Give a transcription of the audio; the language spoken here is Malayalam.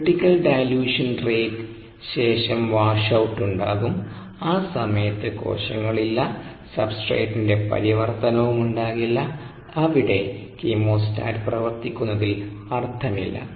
ക്രിട്ടികൽഡൈലൂഷൻ റേറ്റ് ശേഷം വാഷ്ഔട്ട് ഉണ്ടാകും ആ സമയത്ത് കോശങ്ങൾ ഇല്ലസബ്സ്ട്രേറ്റിന്റെ പരിവർത്തനവും ഉണ്ടാകില്ല അവിടെ കീമോസ്റ്റാറ്റ് പ്രവർത്തിപ്പിക്കുന്നതിൽ അർത്ഥമില്ല